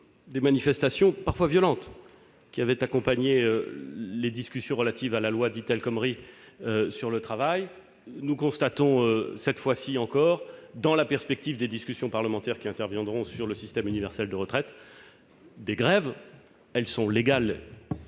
des manifestations parfois violentes qui avaient accompagné les discussions relatives à la loi dite « El Khomri » sur le travail. Nous constatons, cette fois encore, dans la perspective des discussions parlementaires qui interviendront sur le système universel de retraite, des grèves- elles sont légales,